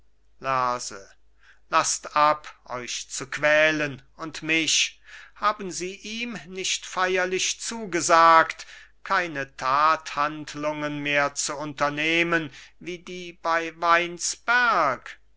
lerse laßt ab euch zu quälen und mich haben sie ihm nicht feierlich zugesagt keine tathandlungen mehr zu unternehmen wie die bei weinsberg